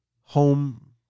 Home